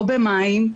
לא במים.